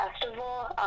festival